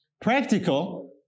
practical